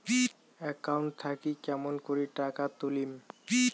Account থাকি কেমন করি টাকা তুলিম?